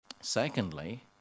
Secondly